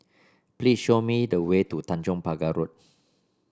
please show me the way to Tanjong Pagar Road